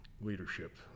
leadership